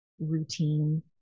routine